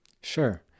Sure